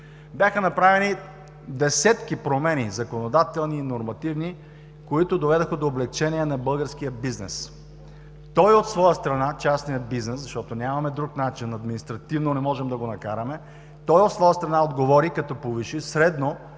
Бяха направени десетки промени – законодателни и нормативни, които доведоха до облекчение на българския бизнес. Той от своя страна – частният бизнес, защото нямаме друг начин, административно не можем да го накараме, той от своя страна отговори, като повиши средно